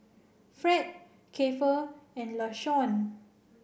Fred Keifer and Lashawn